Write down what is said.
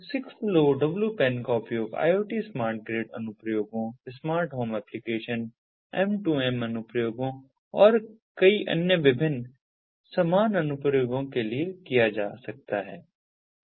तो 6LoWPAN का उपयोग IoT स्मार्ट ग्रिड अनुप्रयोगों स्मार्ट होम एप्लिकेशन M2M अनुप्रयोगों और कई अन्य विभिन्न समान अनुप्रयोगों के लिए किया जा सकता है